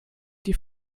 die